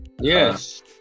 Yes